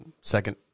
second